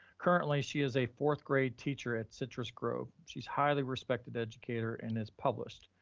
currently she is a fourth grade teacher at citrus grove. she's highly respected educator and is published.